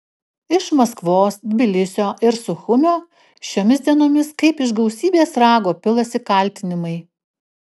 iš maskvos tbilisio ir suchumio šiomis dienomis kaip iš gausybės rago pilasi kaltinimai